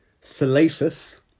Salacious